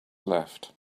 left